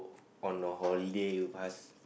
on a holiday with us